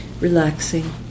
Relaxing